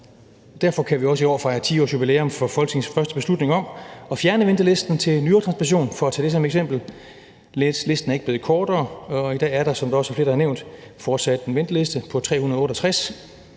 Derfor kan vi også i år fejre 10-årsjubilæum for Folketingets første beslutning om at fjerne ventelisten til nyretransplantationer, for at tage det som eksempel. Listen er ikke blevet kortere, og i dag er der, som der også er flere, der har nævnt, fortsat en venteliste på 368.